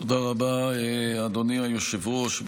תודה רבה, אדוני היושב-ראש.